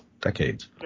decades